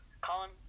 Colin